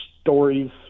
stories